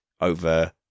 over